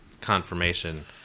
confirmation